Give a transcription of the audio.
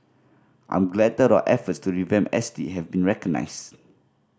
I'm glad that our efforts to revamp S T have been recognised